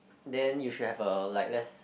then you should have a like less